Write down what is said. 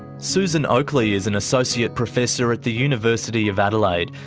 susan oakley is an associate professor at the university of adelaide.